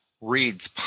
reads